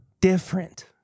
different